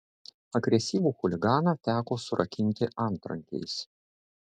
agresyvų chuliganą teko surakinti antrankiais